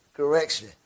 Correction